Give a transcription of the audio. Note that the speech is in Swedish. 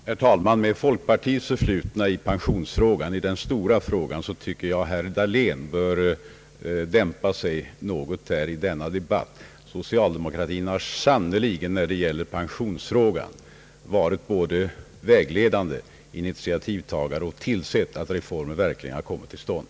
Herr talman! Med folkpartiets förflutna i pensionsfrågan — i den stora frågan — tycker jag att herr Dahlén bör dämpa sig något i denna debatt. Socialdemokratin har sannerligen, när det gäller pensionsfrågan, varit både vägledande och initiativtagare och tillsett att reformer verkligen har kommit till stånd.